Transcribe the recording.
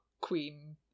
queen